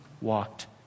walked